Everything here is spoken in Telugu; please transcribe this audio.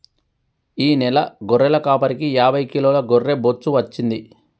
ఈ నెల గొర్రెల కాపరికి యాభై కిలోల గొర్రె బొచ్చు వచ్చింది